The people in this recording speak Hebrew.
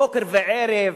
בוקר וערב,